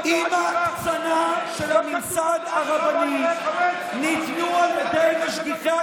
אצל הרפורמים לא כתוב,